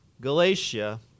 Galatia